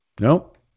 Nope